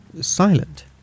silent